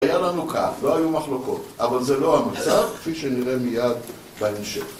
היה לנו קו, לא היו מחלוקות, אבל זה לא המצב כפי שנראה מיד בהמשך